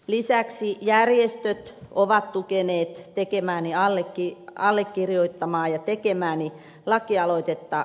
lisäksi järjestöt ovat tukeneet tekemääni lakialoitetta kautta linjan